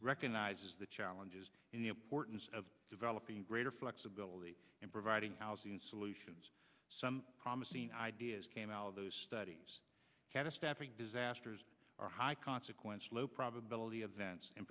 recognizes the challenges in the importance of developing greater flexibility in providing housing solutions some promising ideas came out of those studies catastrophic disasters are high consequence low probability events in